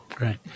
Right